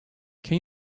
can